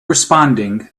responding